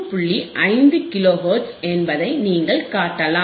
5 kilo hertz என்பதை நீங்கள் காட்டலாம்